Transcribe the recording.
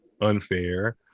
unfair